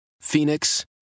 Phoenix